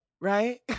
right